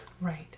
Right